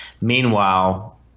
Meanwhile